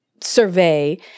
survey